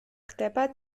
ხდება